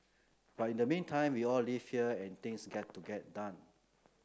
but in the meantime we all live here and things get to get done